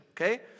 Okay